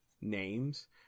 names